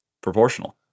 Proportional